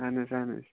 اَہَن حظ اہَن حظ